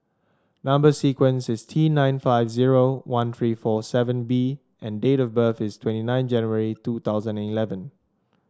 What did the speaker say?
number sequence is T nine five zero one three four seven B and date of birth is twenty nine January two thousand and eleven